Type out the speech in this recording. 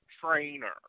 trainer